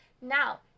Now